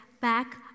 back